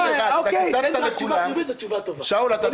שאול, אתה טועה בנתון אחד.